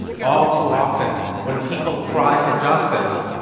all too often when people cry for justice